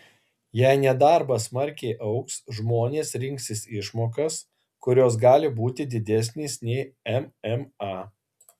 jei nedarbas smarkiai augs žmonės rinksis išmokas kurios gali būti didesnės nei mma